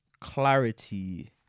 clarity